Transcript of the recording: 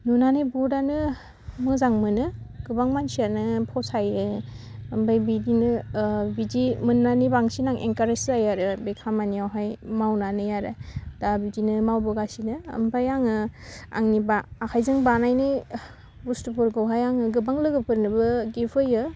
नुनानै बुहुतआनो मोजां मोनो गोबां मानसियानो फसायो ओमफाय बिदिनो बिदि मोननानै बांसिन आं एनखारेस जायो आरो बे खामानियावहाय मावनानै आरो दा बिदिनो मावबोगासिनो ओमफाय आङो आंनि बा आखाइजों बानायनाय बुस्थुफोरखौहाय आङो गोबां लोगोफोरनोबो गिफ्ट होयो